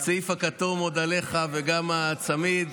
הצעיף הכתום עוד עליך וגם הצמיד.